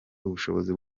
ubushobozi